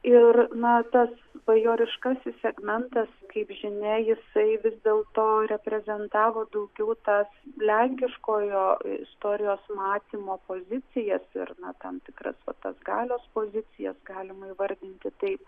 ir na tas bajoriškasis segmentas kaip žinia jisai vis dėl to reprezentavo daugiau tas lenkiškojo istorijos mątymo pozicijas ir na tam tikras va tas galios pozicijas galima įvardinti taip